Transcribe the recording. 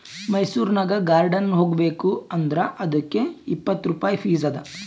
ಮೈಸೂರನಾಗ್ ಗಾರ್ಡನ್ ಹೋಗಬೇಕ್ ಅಂದುರ್ ಅದ್ದುಕ್ ಇಪ್ಪತ್ ರುಪಾಯಿ ಫೀಸ್ ಅದಾ